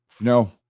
No